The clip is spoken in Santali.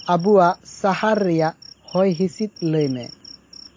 ᱟᱵᱚᱣᱟᱜ ᱥᱟᱦᱟᱨ ᱨᱮᱭᱟᱜ ᱦᱚᱭ ᱦᱤᱸᱥᱤᱫ ᱞᱟᱹᱭ ᱢᱮ